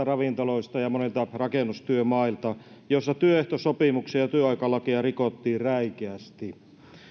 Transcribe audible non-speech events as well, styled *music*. *unintelligible* ravintoloista ja monilta rakennustyömailta joissa työehtosopimuksia ja työaikalakia rikottiin räikeästi